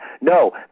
No